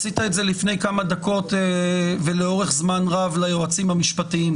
עשית את זה לפני כמה דקות ולאורך זמן רב ליועצים המשפטיים.